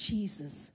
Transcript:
Jesus